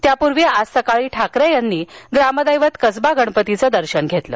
त्यापूर्वी आज सकाळी ठाकरे यांनी ग्रामदैवत कसबा गणपतीचं दर्शन घेतलं